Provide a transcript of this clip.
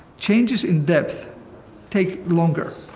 changes in depth take longer,